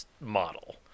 model